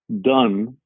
done